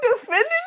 defending